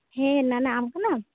ᱦᱮᱸ ᱱᱟᱱᱟ ᱟᱢ ᱠᱟᱱᱟᱢ